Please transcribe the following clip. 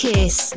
Kiss